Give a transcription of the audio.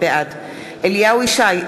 בעד אליהו ישי,